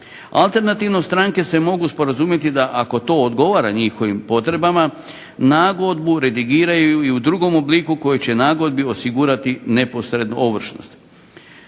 Alternativno stranke se mogu sporazumjeti da ako to odgovara njihovim potrebama nagodbu redigiraju i u drugom obliku koji će nagodbi osigurati neposrednu ovršnost.